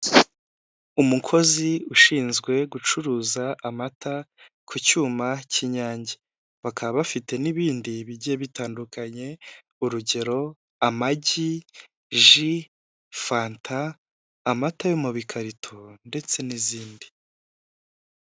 Umukozi ushinzwe gucuruza amata ku cyuma k'inyange, bakaba bafite n'ibindi bigiye bitandukanye, urugero: amagi, ji, fanta, amata yo mu bikarito ndetse n'izindi.